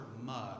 mug